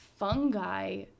fungi